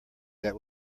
that